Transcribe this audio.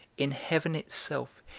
in heaven itself,